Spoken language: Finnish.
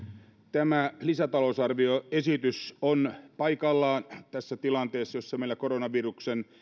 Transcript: tämä lisätalousarvioesitys on paikallaan tässä tilanteessa jossa meillä koronaviruksen